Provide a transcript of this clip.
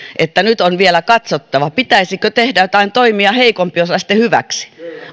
että nyt on vielä katsottava pitäisikö tehdä jotain toimia heikompiosaisten hyväksi